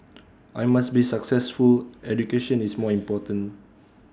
I must be successful education is more important